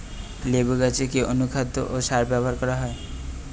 লেবু গাছে কি অনুখাদ্য ও সার ব্যবহার করা হয়?